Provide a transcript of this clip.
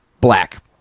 Black